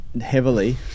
heavily